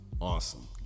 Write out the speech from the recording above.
Awesome